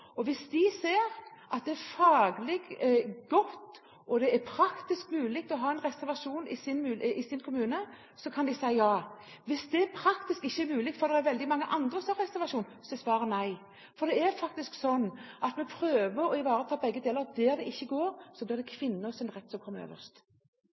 og innbyggerne blir ivaretatt. Hvis de ser at det er faglig godt og praktisk mulig å ha en reservasjon i sin kommune, kan de si ja. Hvis det ikke er praktisk mulig, fordi det er veldig mange andre som har reservasjon, er svaret nei. Det er faktisk sånn at vi prøver å ivareta begge deler. Der det ikke går, blir det